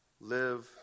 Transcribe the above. live